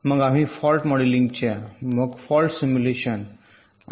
मग आम्ही फॉल्ट मॉडेलिंगच्या मग फॉल्ट सिम्युलेशन आणि